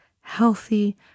healthy